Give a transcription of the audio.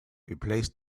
replace